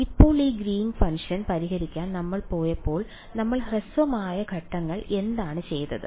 ഇപ്പോൾ ഈ Green's function Green's function പരിഹരിക്കാൻ നമ്മൾ പോയപ്പോൾ നമ്മൾ ഹ്രസ്വമായ ഘട്ടങ്ങൾ എന്താണ് ചെയ്തത്